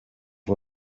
più